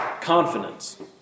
confidence